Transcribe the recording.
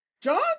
John